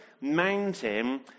mountain